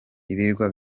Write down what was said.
ibirwa